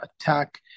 attack